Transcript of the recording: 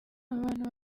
abantu